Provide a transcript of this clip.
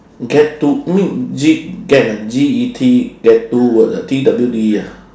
get to you mean G get a G E T get two word ah T W D ah